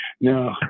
No